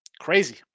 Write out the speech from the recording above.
Crazy